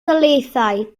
daleithiau